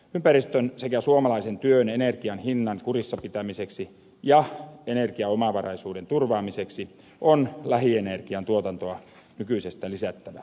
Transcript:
ympäristön sekä suomalaisen työn energian hinnan kurissa pitämiseksi ja energiaomavaraisuuden turvaamiseksi on lähienergian tuotantoa nykyisestä lisättävä